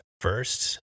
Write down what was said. first